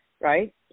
right